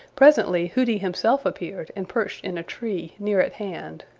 presently hooty himself appeared and perched in a tree near at hand.